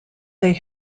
they